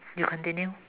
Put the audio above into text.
you continue